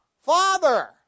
Father